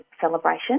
celebration